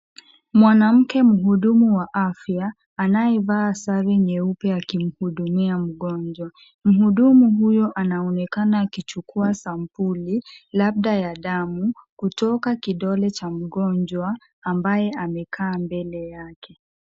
Mwanamke mhudumu wa afya anayevaa sare nyeupe, akimhudumia mgonjwa. Mhudumu huyo anaonekana akichukua sampuli, labda ya damu, kutoka kidole cha mgonjwa ambaye amekaa mbele yake.